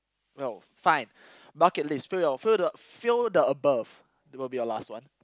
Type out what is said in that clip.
oh fine bucket list fill your fill the fill the above will be your last one